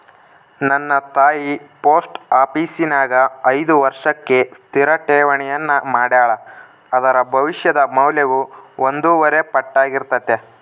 ನನ್ನ ತಾಯಿ ಪೋಸ್ಟ ಆಪೀಸಿನ್ಯಾಗ ಐದು ವರ್ಷಕ್ಕೆ ಸ್ಥಿರ ಠೇವಣಿಯನ್ನ ಮಾಡೆಳ, ಅದರ ಭವಿಷ್ಯದ ಮೌಲ್ಯವು ಒಂದೂವರೆ ಪಟ್ಟಾರ್ಗಿತತೆ